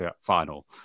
final